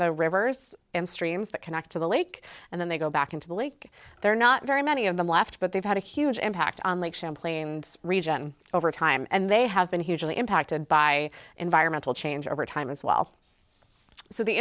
the rivers and streams that connect to the lake and then they go back into the lake there are not very many of them left but they've had a huge impact on lake champlain region over time and they have been hugely impacted by environmental change over time as well so the